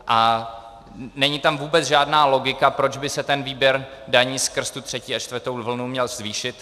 A není tam vůbec žádná logika, proč by se ten výběr daní skrz tu třetí a čtvrtou vlnu měl zvýšit.